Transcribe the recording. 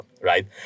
right